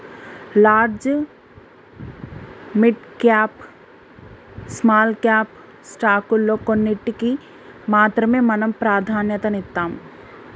large, mid cap, small cap స్టాకుల్లో కొన్నిటికి మాత్రమే మనం ప్రాధన్యతనిత్తాం